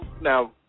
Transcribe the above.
now